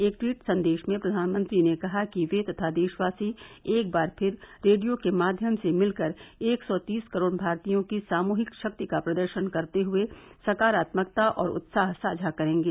एक टवीट संदेश में प्रधानमंत्री ने कहा कि वे तथा देशवासी एक बार फिर रेडियो के माध्यम से मिलकर एक सौ तीस करोड़ भारतीयों की सामुहिक शक्ति का प्रदर्शन करते हुए सकारात्मकता और उत्साह साझा करेंगे